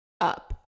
up